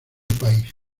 país